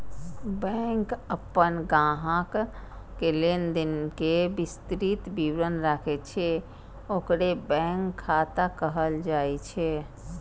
bank अपन ग्राहक के लेनदेन के विस्तृत विवरण राखै छै, ओकरे बैंक खाता कहल जाइ छै